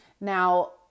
now